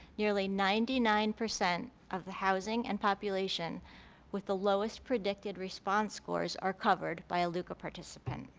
nearly ninety nine percent of the housing and population with the lowest predicted response scores are covered by illegal participants.